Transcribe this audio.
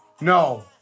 No